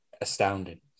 astounding